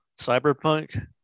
Cyberpunk